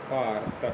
Bharat